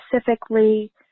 specifically